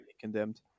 condemned